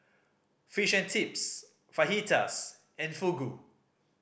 Fish and Chips Fajitas and Fugu